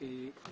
לא אמרתי שלא.